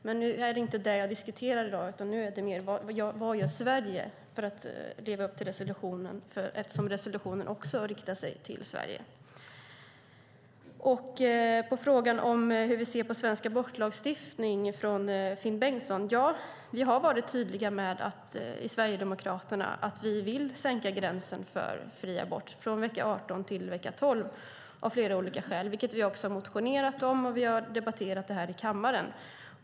Men det är inte det som vi diskuterar i dag. Nu handlar det mer om vad Sverige gör för att leva upp till resolutionen eftersom resolutionen riktar sig även till Sverige. När det gäller frågan från Finn Bengtsson om hur vi ser på svensk abortlagstiftning: Ja, vi i Sverigedemokraterna har varit tydliga med att vi vill sänka gränsen för fri abort från vecka 18 till vecka 12, av flera olika skäl. Det har vi också motionerat om, och vi har debatterat det i kammaren.